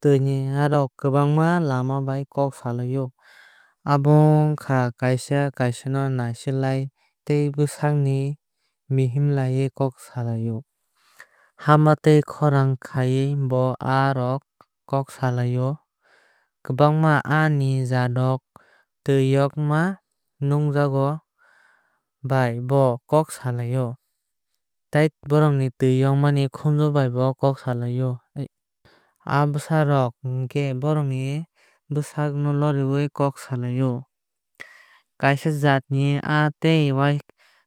Tui ni aa rok kwbangma lama bai kok salaio. Abo wngkha kaaisa kaaisa no nasiklaiui tei bwsakni mihimlaaiui kok saalaai o. Hama tei khorang khaaiui bo aa rok kok saalaai o. Kwbangma aa ni jaat rok tui yokma khunju bai bo kok saalaai o. Aa bwsaa rok bongni bwsak lori rwui kok saalaai o. Kaaisa jaat ni aa tai